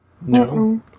No